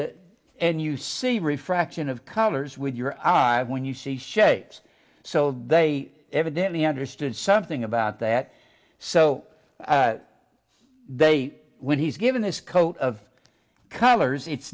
and and you see refraction of colors with your eyes when you see shapes so they evidently understood something about that so they when he's given his coat of colors it's